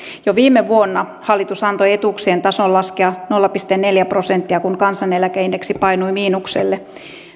jo viime vuonna hallitus antoi etuuksien tason laskea nolla pilkku neljä prosenttia kun kansaneläkeindeksi painui miinukselle